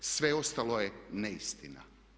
Sve ostalo je neistina.